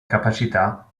capacità